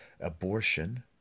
abortion